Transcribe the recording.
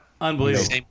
Unbelievable